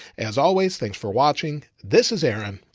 as always. thanks for watching. this is aaron,